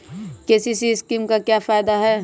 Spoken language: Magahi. के.सी.सी स्कीम का फायदा क्या है?